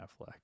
affleck